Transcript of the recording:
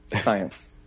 science